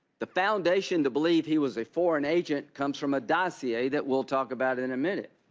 the foundation to believe he was a foreign agent comes from a dossier that we'll talk about in and a minute.